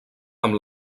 amb